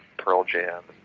pearl jam,